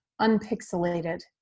Unpixelated